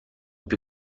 più